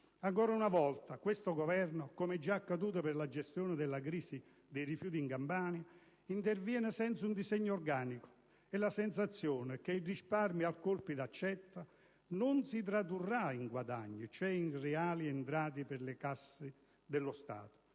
Ancora una volta questo Governo, come è già accaduto per la gestione della crisi dei rifiuti in Campania, interviene senza un disegno organico e la sensazione è che il risparmio a colpi d'accetta non si tradurrà in guadagno, cioè in reali entrate per le casse dello Stato.